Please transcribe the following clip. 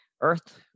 earth